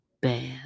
bad